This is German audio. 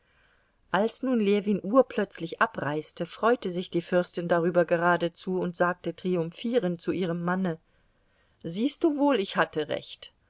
als nun ljewin urplötzlich abreiste freute sich die fürstin darüber geradezu und sagte triumphierend zu ihrem manne siehst du wohl ich hatte recht